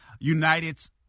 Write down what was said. United's